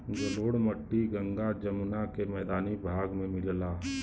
जलोढ़ मट्टी गंगा जमुना के मैदानी भाग में मिलला